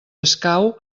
escau